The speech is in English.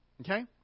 Okay